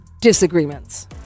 disagreements